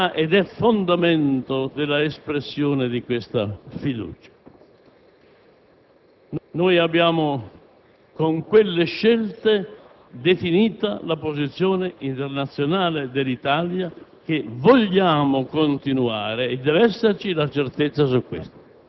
Desidero anche dire al Ministro degli affari esteri che esprimo il mio apprezzamento per la sua esposizione. Voglio sottolineare